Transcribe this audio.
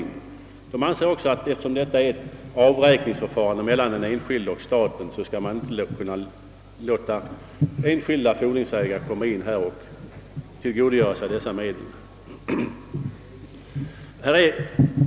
De anser också att eftersom detta är ett avräkningsförfarande mellan den enskilde och staten, skall nvan inte låta enskilda fordringsägare tillgodogöra sig dessa medel.